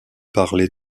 parler